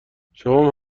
شمام